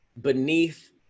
beneath